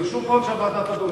חשוב מאוד שהוועדה תדון.